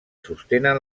sostenen